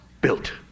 built